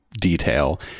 detail